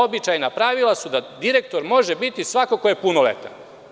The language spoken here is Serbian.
Običajna pravila su da direktor može biti svako ko je punoletan.